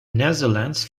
netherlands